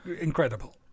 incredible